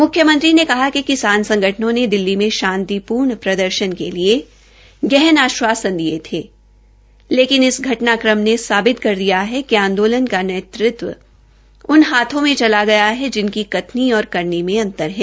मुख्यमंत्री ने कहा कि किसान संगठनों ने दिल्ली में शांतिपूर्ण प्रदर्शन के लिए गहन आश्वासन दिये थे लेकिन इस घटनाक्रम ने साबित कर दिया है कि आंदोलन का नेतृत्व उन हाथों में चला गया है जिनकी कथनी और करनी में अंतर है